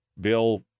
Bill